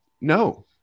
no